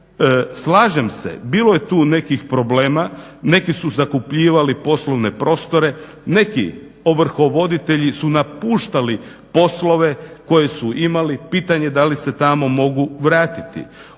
Slažem se, bilo je tu nekih problema, neki su zakupljivali poslovne prostore, neki ovrhovoditelji su napuštali poslove koje su imali pitanje da li se tamo mogu vratiti.